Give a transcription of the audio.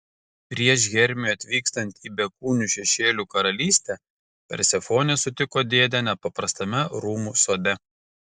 prieš hermiui atvykstant į bekūnių šešėlių karalystę persefonė sutiko dėdę nepaprastame rūmų sode